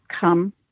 come